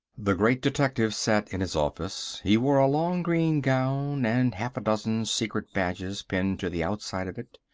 the great detective sat in his office. he wore a long green gown and half a dozen secret badges pinned to the outside of it.